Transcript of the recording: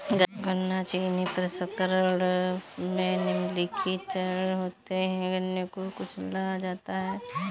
गन्ना चीनी प्रसंस्करण में निम्नलिखित चरण होते है गन्ने को कुचला जाता है